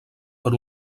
per